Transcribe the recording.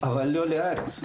מספרם לא גדל בשנים האחרונות,